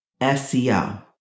SEO